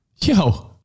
Yo